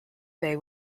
bay